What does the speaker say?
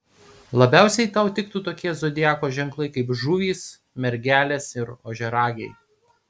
labiausiai tau tiktų tokie zodiako ženklai kaip žuvys mergelės ir ožiaragiai